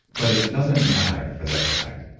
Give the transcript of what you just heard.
but it doesn't matter for this effect.